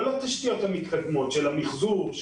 לא לתשתיות המתקדמות של המחזור,